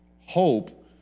Hope